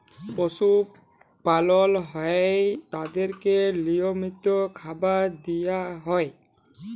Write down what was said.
পশু পালল হ্যয় তাদেরকে লিয়মিত খাবার দিয়া হ্যয়